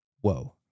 Whoa